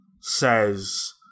says